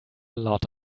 lot